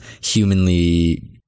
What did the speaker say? humanly